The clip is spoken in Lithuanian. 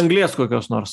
anglies kokios nors